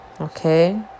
Okay